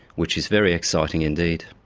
which is very exciting indeed.